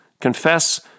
Confess